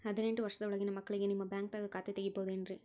ಹದಿನೆಂಟು ವರ್ಷದ ಒಳಗಿನ ಮಕ್ಳಿಗೆ ನಿಮ್ಮ ಬ್ಯಾಂಕ್ದಾಗ ಖಾತೆ ತೆಗಿಬಹುದೆನ್ರಿ?